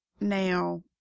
now